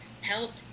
help